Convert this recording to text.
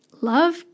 love